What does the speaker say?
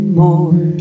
more